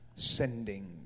Sending